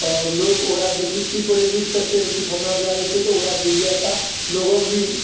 आओर लोक ओकरा देखिके की प्रेरित करते कि फलनाके दुआरि पर छै तऽ ओकरा जिज्ञासा लोक भी